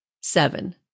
Seven